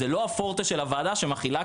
זה לא הפורטה של הוועדה שמכילה,